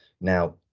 Now